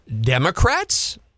Democrats